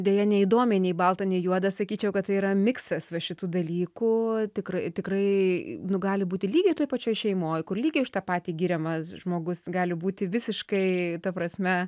deja neįdomiai nei balta nei juoda sakyčiau kad tai yra miksas va šitų dalykų tikrai tikrai nu gali būti lygiai toj pačioj šeimoj kur lygiai už tą patį giriamas žmogus gali būti visiškai ta prasme